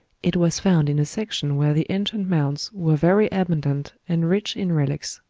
it was found in a section where the ancient mounds were very abundant and rich in relics.